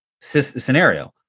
scenario